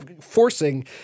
forcing